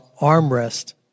armrest